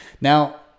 Now